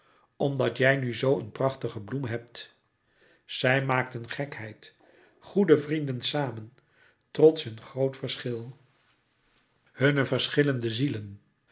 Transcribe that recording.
omdat jij nu zoo een prachtige bloem hebt zij maakten gekheid goede vrienden samen trots hun groot verschil hunne verschillende zielen